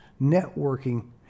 networking